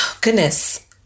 Goodness